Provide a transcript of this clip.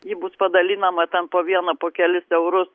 ji bus padalinama ten viena po kelis eurus